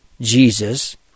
Jesus